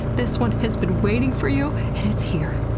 this one has been waiting for you, and it's here.